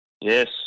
Yes